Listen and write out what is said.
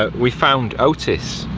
ah we found otis